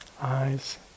eyes